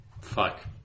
Fuck